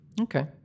okay